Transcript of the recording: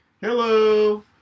Hello